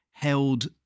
held